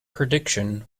prediction